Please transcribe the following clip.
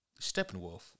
Steppenwolf